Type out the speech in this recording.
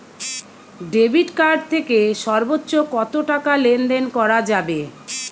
Debit card থেকে সর্বোচ্চ কত টাকা লেনদেন করা যাবে?